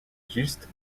justes